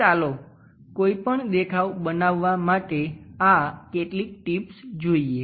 તો ચાલો કોઈ પણ દેખાવ બનાવવા માટે આ કેટલીક ટીપ્સ જોઈએ